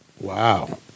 Wow